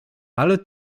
ale